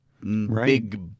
big